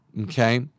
Okay